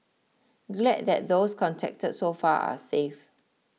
glad that those contacted so far are safe